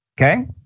okay